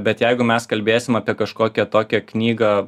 bet jeigu mes kalbėsim apie kažkokią tokią knygą